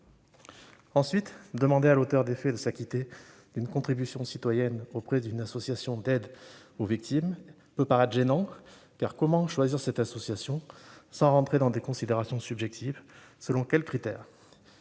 Ensuite, demander à l'auteur des faits de s'acquitter d'une contribution citoyenne auprès d'une association d'aide aux victimes peut paraître gênant. Comment choisir cette association sans entrer dans des considérations subjectives ? Selon quels critères ?